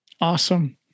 Awesome